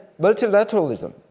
multilateralism